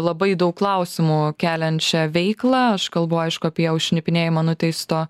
labai daug klausimų keliančią veiklą aš kalbu aišku apie šnipinėjimą nuteisto